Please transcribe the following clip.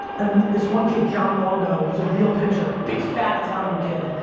and this one kid, john longo was a real pitcher, big fat italian kid,